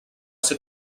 ser